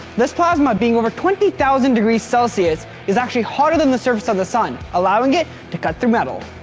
this plasma being over twenty thousand degrees celsius is actually hotter than the surface of the sun allowing it to cut through metal.